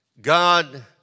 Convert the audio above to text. God